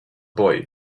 boy